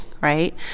right